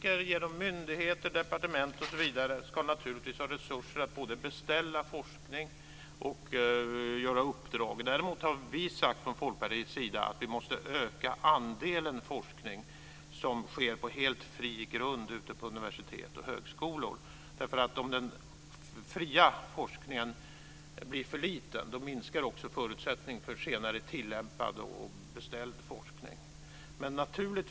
Fru talman! Myndigheter, departement och andra ska naturligtvis ha resurser att både beställa forskning och ge uppdrag. Däremot har vi sagt från Folkpartiets sida att vi måste öka andelen forskning som sker på helt fri grund ute på universitet och högskolor. Om den fria forskningen blir för liten, minskar också förutsättningen för senare tillämpad och beställd forskning.